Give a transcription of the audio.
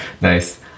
Nice